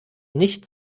nicht